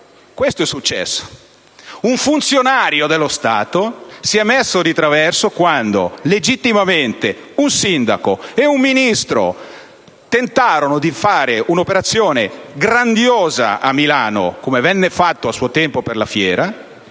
Questo è successo: un funzionario dello Stato si è messo di traverso quando legittimamente un sindaco e un Ministro hanno tentato di fare a Milano un'operazione grandiosa, come si fece a suo tempo per la Fiera.